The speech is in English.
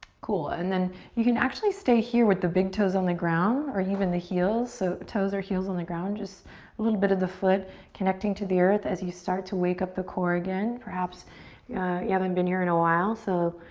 cool, and then you can actually stay here with the big toes on the ground or even the heels. so toes or heels on the ground. just a little bit of the foot connecting to the earth as you start to wake up the core again. perhaps yeah you haven't been here in a while, so,